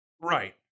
Right